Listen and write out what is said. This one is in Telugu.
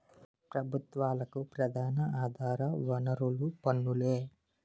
ప్రభుత్వాలకు ప్రధాన ఆధార వనరులు పన్నులే